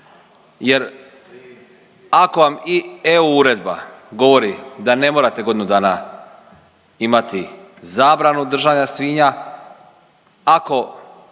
jer ako vam i EU uredba govori da ne morate godinu dana imati zabranu držanja svinja,